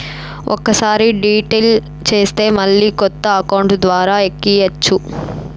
ఒక్కసారి డిలీట్ చేస్తే మళ్ళీ కొత్త అకౌంట్ ద్వారా ఎక్కియ్యచ్చు